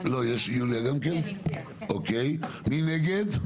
מי נגד?